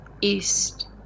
east